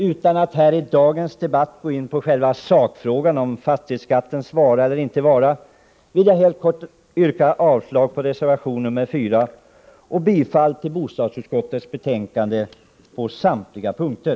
Utan att i dagens debatt gå in på själva sakfrågan — fastighetsskattens vara eller inte vara— vill jag helt kort yrka avslag på reservation nr 4 och bifall till bostadsutskottets hemställan på samtliga punkter.